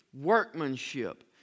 workmanship